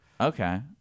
Okay